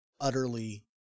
utterly